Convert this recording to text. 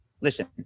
Listen